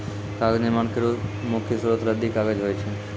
कागज निर्माण केरो मुख्य स्रोत रद्दी कागज होय छै